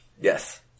Yes